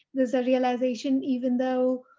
there's a realization, even though,